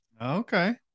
Okay